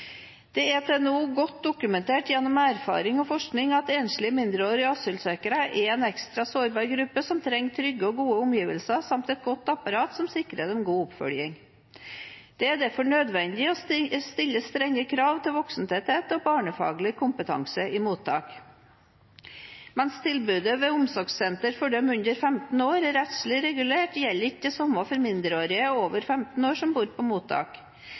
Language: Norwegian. Det er til nå godt dokumentert gjennom erfaring og forskning at enslige mindreårige asylsøkere er en ekstra sårbar gruppe som trenger trygge og gode omgivelser samt et godt apparat som sikrer dem god oppfølging. Det er derfor nødvendig å stille strenge krav til voksentetthet og barnefaglig kompetanse i mottak. Mens tilbudet ved omsorgssenter for dem under 15 år er rettslig regulert, gjelder ikke det samme for mindreårige over 15 år som bor på mottak.